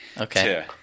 Okay